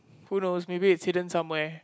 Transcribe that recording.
who knows maybe it's hidden somewhere